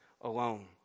alone